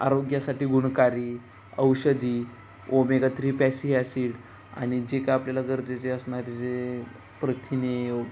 आरोग्यासाठी गुणकारी औषधी ओमेगा थ्री पॅसि ॲसिड आणि जे का आपल्याला गरजेचे असणारे जे प्रथिने